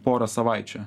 pora savaičių